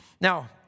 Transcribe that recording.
Now